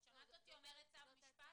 שמעת אותי אומרת צו של בית משפט?